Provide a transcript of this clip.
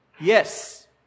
yes